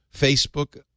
facebook